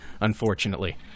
unfortunately